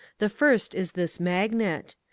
the first is this magnet.